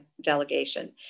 delegation